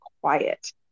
quiet